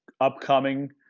upcoming